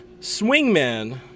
swingman